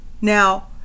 Now